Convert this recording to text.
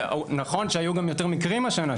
ונכון שהיו גם יותר מקרים השנה,